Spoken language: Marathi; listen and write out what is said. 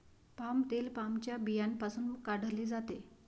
पाम तेल पामच्या बियांपासून काढले जाते